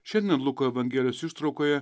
šiandien luko evangelijos ištraukoje